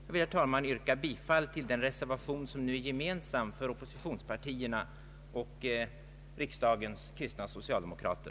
Jag vill, herr talman, yrka bifall till den reservation som är gemensam för oppositionspartierna och riksdagens. kristna socialdemokrater.